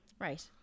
Right